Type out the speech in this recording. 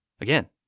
Again